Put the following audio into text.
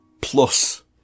plus